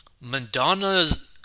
Madonna's